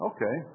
Okay